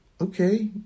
okay